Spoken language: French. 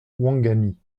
ouangani